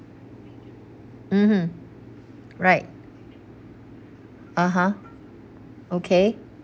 mmhmm right (uh huh) okay